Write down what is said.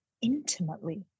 intimately